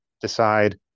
decide